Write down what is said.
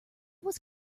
was